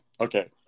okay